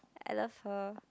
I love her